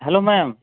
hello ma'am